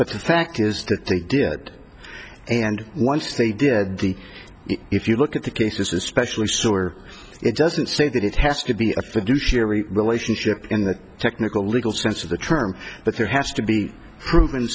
but the fact is that they did it and once they did the if you look at the cases especially sewer it doesn't say that it has to be a fiduciary relationship in the technical legal sense of the term but there has to be